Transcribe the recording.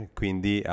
quindi